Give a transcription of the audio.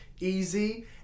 easy